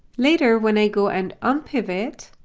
later when i go and unpivot,